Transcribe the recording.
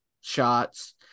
shots